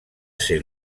ser